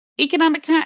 economic